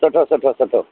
सुठो सुठो सुठो